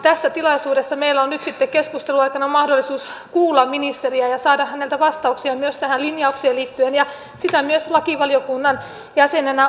tässä tilaisuudessa meillä on nyt sitten keskustelun aikana mahdollisuus kuulla ministeriä ja saada häneltä vastauksia myös tähän linjaukseen liittyen ja sitä myös lakivaliokunnan jäsenenä odotan